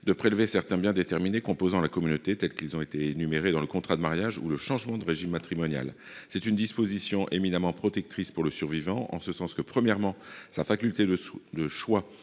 de prélever certains biens déterminés composant la communauté tels qu’ils ont été énumérés dans le contrat de mariage ou dans le changement de régime matrimonial. Cette disposition est éminemment protectrice pour le conjoint survivant : premièrement, sa faculté de choix